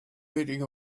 eating